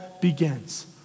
begins